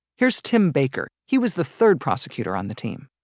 here's tim baker. he was the third prosecutor on the team.